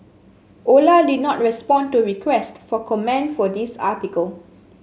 Ola did not respond to requests for comment for this article